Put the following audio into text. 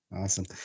Awesome